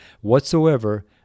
whatsoever